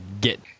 get